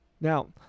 Now